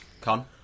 Con